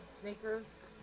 Sneakers